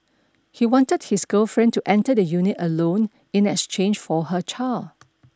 he wanted his girlfriend to enter the unit alone in exchange for her child